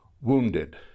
wounded